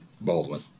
Baldwin